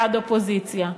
בעד אופוזיציה,